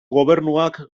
gobernuak